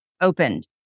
opened